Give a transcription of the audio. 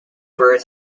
birds